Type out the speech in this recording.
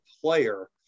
player